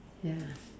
ya